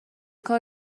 کار